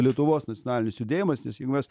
lietuvos nacionalinis judėjimas nes jeigu mes